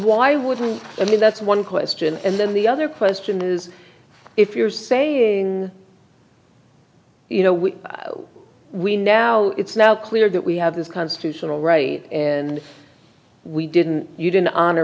why wouldn't i mean that's one question and then the other question is if you're saying you know we we now it's now clear that we have this constitutional right and we didn't you didn't honor